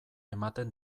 ematen